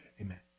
Amen